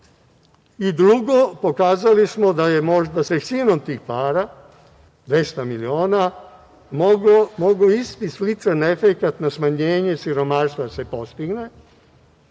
i, drugo, pokazali smo da je možda sa trećinom tih para, 200 miliona, mogao sličan efekat na smanjenje siromaštva da se postigne